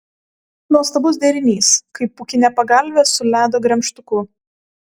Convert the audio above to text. nuostabus derinys kaip pūkinė pagalvė su ledo gremžtuku